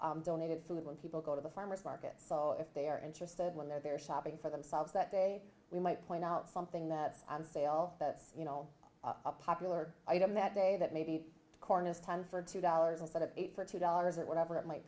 donated food when people go to the farmer's market so if they are interested when they're there shopping for themselves that day we might point out something that and say oh you know a popular item that day that maybe corn is ten for two dollars instead of eight for two dollars or whatever it might